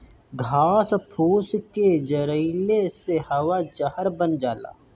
घास फूस के जरइले से हवा जहर बन जाला